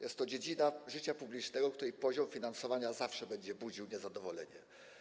Jest to dziedzina życia publicznego, której poziom finansowania zawsze będzie budził niezadowolenie.